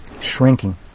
shrinking